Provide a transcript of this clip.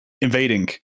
invading